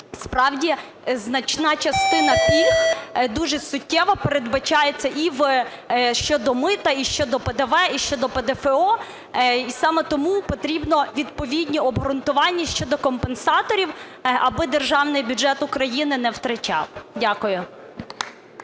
справді, значна частина пільг дуже суттєво передбачається і щодо мита, і щодо ПДВ, і щодо ПДФО. І саме тому потрібно відповідні обґрунтування щодо компенсаторів, аби Державний бюджет України не втрачав. Дякую.